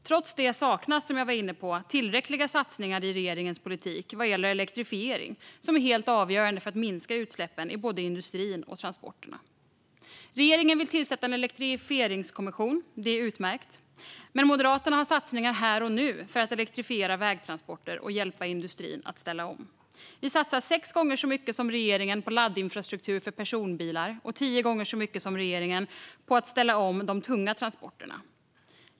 Trots detta saknas, som jag var inne på, tillräckliga satsningar i regeringens politik vad gäller elektrifiering, som är helt avgörande för att minska utsläppen i både industrin och transporterna. Regeringen vill tillsätta en elektrifieringskommission. Det är utmärkt, men Moderaterna har satsningar här och nu för att elektrifiera vägtransporter och hjälpa industrin att ställa om. Vi satsar sex gånger så mycket som regeringen på laddinfrastruktur för personbilar och tio gånger så mycket som regeringen på att ställa om de tunga transporterna.